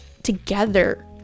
together